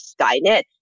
Skynet